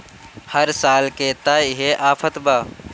हर साल के त इहे आफत बा